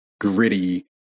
gritty